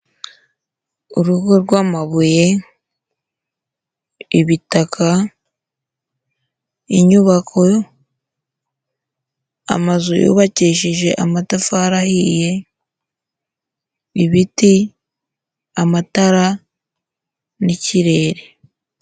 Urugo rw'amabuye, ibitaka, inyubako, amazu yubakishije amatafari ahiye, ibiti, amatara n'ikirere.